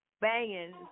banging